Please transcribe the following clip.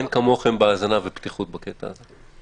אין כמוכם בהאזנה ובפתיחות בקטע הזה.